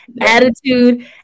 Attitude